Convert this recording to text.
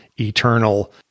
eternal